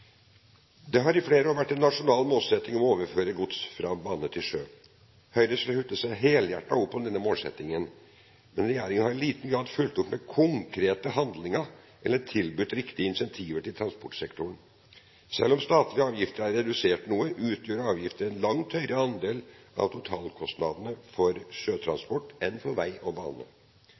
Det har i flere år vært en nasjonal målsetting å overføre gods fra bane til sjø. Høyre slutter helhjertet opp om denne målsettingen. Men regjeringen har i liten grad fulgt opp med konkrete handlinger eller tilbudt riktige incentiver til transportsektoren. Selv om statlige avgifter er redusert noe, utgjør avgifter en langt høyere andel av totalkostnadene for sjøtransport enn for vei-